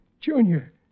Junior